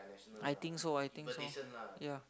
I think so I think so ya